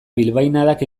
bilbainadak